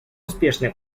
успешное